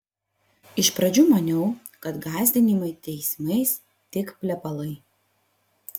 iš pradžių maniau kad gąsdinimai teismais tik plepalai